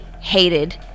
hated